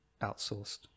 outsourced